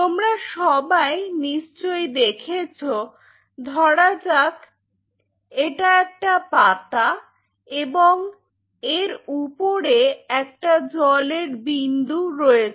তোমরা সবাই নিশ্চয়ই দেখেছো ধরা যাক এটা একটা পাতা এবং এর উপরে একটা জলের বিন্দু রয়েছে